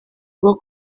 rwo